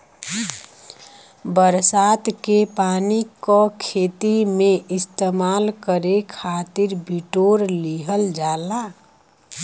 बरसात के पानी क खेती में इस्तेमाल करे खातिर बिटोर लिहल जाला